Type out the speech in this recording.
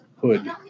hood